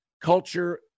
culture